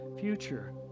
future